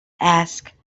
ask